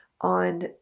on